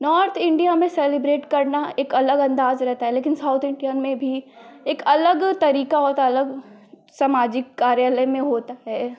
north India में celebrate करना एक अलग अन्दाज़ रहता है लेकिन साउथ इण्डिया में भी एक अलग तरीका होता है सामाजिक कार्यालय में होता है